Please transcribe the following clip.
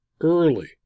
early